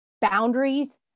Boundaries